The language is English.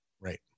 right